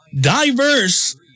diverse